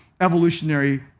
evolutionary